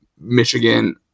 Michigan